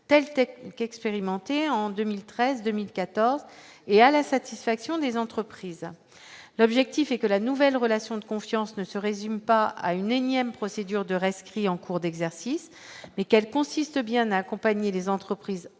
technique expérimentée en 2013, 2014 et à la satisfaction des entreprises, l'objectif est que la nouvelle relation de confiance ne se résume pas à une énième procédure de rescrit en cours d'exercice mais quel consiste bien accompagner les entreprises